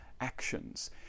actions